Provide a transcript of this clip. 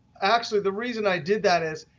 actually, the reason i did that is,